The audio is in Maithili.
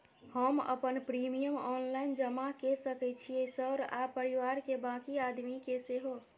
हम अपन प्रीमियम ऑनलाइन जमा के सके छियै सर आ परिवार के बाँकी आदमी के सेहो?